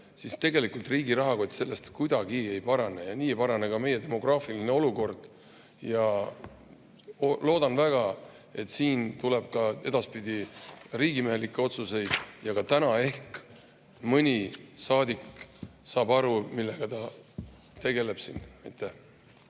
siis tegelikult riigi rahakott sellest kuidagi ei parane ja nii ei parane ka meie demograafiline olukord. Loodan väga, et siin tuleb ka edaspidi riigimehelikke otsuseid ja ka täna ehk mõni saadik saab aru, millega ta tegeleb siin.